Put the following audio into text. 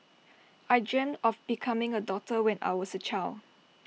I dreamt of becoming A doctor when I was A child